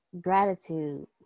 Gratitude